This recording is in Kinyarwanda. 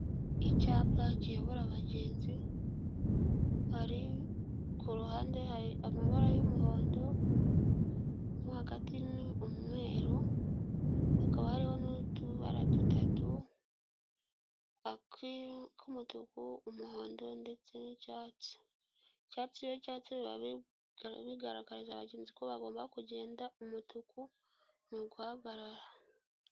Icyapa kiyobora abagenzi, ku ruhande hari amabara y'umuhondo, mo hagati umweru, hakaba hariho n'utubara dutatu, ak'umutuku, umuhondo ndetse n'icyatsi. Icyatsi iyo cyatse biba bigaragarije abagenzi ko bagomba kugenda, umutuku ni uguhagarara.